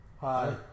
Hi